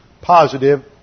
positive